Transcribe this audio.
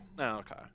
Okay